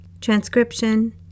transcription